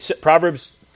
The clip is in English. Proverbs